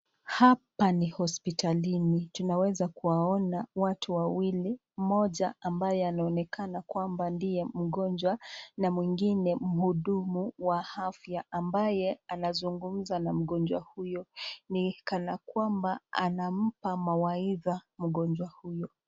Hapa ni hospitalini tunaweza kuwaona watu wawili, mmoja ambaye anaonekana kwamba ndiye mgonjwa na mwingine mhudumu wa afya ambaye anazungumza na mgonjwa huyo. Ni kanakwamba anampa mawaitha mgonjwa huyo.